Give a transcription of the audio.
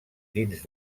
dins